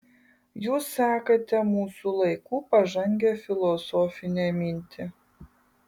jūs sekate mūsų laikų pažangią filosofinę mintį